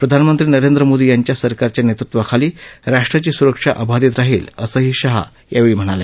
प्रधानमंत्री नरेंद्र मोदी यांच्या सरकारच्या नेतृत्वाखाली राष्ट्राची सुरक्षा अबाधित राहील असंही शहा यावेळी म्हणाले